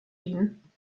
dienen